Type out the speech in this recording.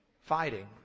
Fighting